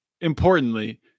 importantly